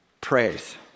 Praise